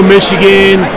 Michigan